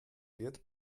wird